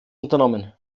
unternommen